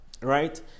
right